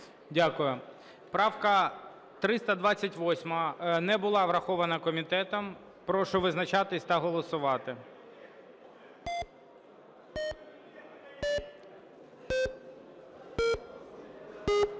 Дякую. Правка 328 не була врахована комітетом. Прошу визначатися та голосувати.